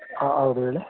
ಹಾಂ ಹೌದು ಹೇಳಿ